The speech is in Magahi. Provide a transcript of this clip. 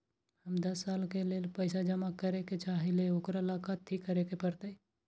हम दस साल के लेल पैसा जमा करे के चाहईले, ओकरा ला कथि करे के परत?